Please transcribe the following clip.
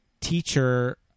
teacher